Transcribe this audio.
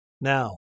Now